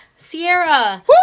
Sierra